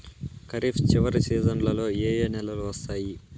ఖరీఫ్ చివరి సీజన్లలో ఏ ఏ నెలలు వస్తాయి